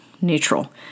neutral